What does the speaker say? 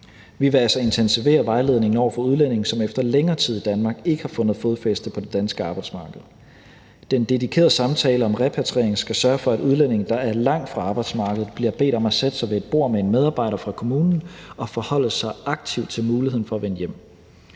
Vi vil altså intensivere vejledningen over for udlændinge, som efter længere tid i Danmark ikke har fundet fodfæste på det danske arbejdsmarked. Den dedikerede samtale om repatriering skal sørge for, at udlændinge, der er langt fra arbejdsmarkedet, bliver bedt om at sætte sig ved et bord med en medarbejder fra kommunen og forholde sig aktivt til muligheden for at vende hjem.